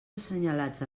assenyalats